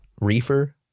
reefer